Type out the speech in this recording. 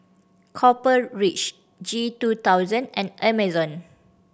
Copper Ridge G two thousand and Amazon